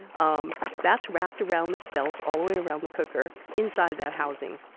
um that's wrapped around this belt all the way around the cooker inside that housing.